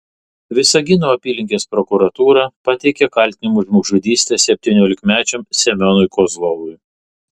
visagino apylinkės prokuratūra pateikė kaltinimus žmogžudyste septyniolikmečiam semionui kozlovui